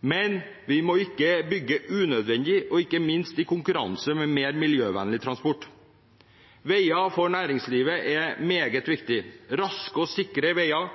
men vi må ikke bygge unødvendig og i konkurranse med mer miljøvennlig transport. Veier for næringslivet er meget viktig. Raske og sikre veier